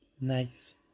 Nice